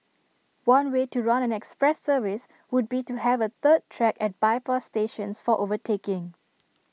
one way to run an express service would be to have A third track at bypass stations for overtaking